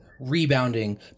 Rebounding